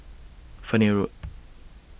Fernhill Road